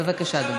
בבקשה, אדוני.